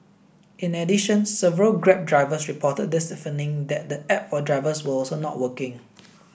in addition several Grab drivers reported this evening that the app for drivers was also not working